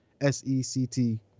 S-E-C-T